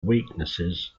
weaknesses